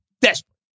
Desperate